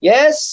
Yes